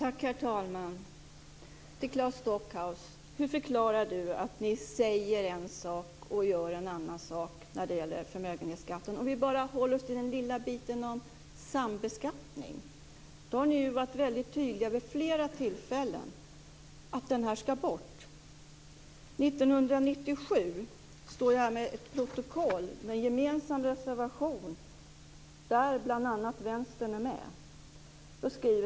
Herr talman! Hur förklarar Claes Stockhaus att ni säger en sak och gör något annat när det gäller förmögenhetsskatten? Låt oss bara hålla oss till den lilla frågan om sambeskattningen. Ni har vid flera tillfällen väldigt tydligt uttalat att den ska tas bort. Jag har i min hand ett protokoll från 1997 med en reservation som bl.a. Vänstern finns med på.